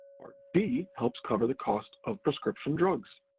part d helps cover the cost of prescription drugs.